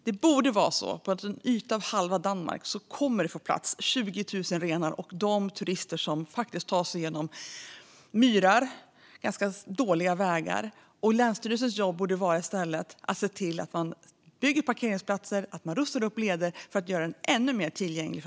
På en yta som halva Danmark borde det få plats 20 000 renar och de turister som faktiskt tar sig igenom myrar och längs ganska dåliga vägar. Länsstyrelsens jobb borde i stället vara att se till att man bygger parkeringsplatser och rustar upp leder för att göra området ännu mer tillgängligt.